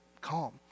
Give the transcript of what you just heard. calm